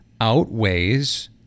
outweighs